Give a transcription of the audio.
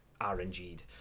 RNG'd